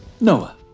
Noah